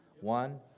One